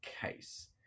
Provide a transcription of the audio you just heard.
case